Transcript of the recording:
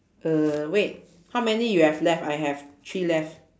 uh wait how many you have left I have three left